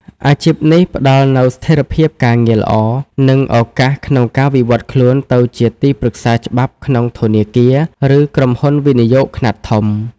អាជីពនេះផ្តល់នូវស្ថិរភាពការងារល្អ និងឱកាសក្នុងការវិវត្តខ្លួនទៅជាទីប្រឹក្សាច្បាប់ក្នុងធនាគារ ឬក្រុមហ៊ុនវិនិយោគខ្នាតធំ។